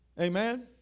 Amen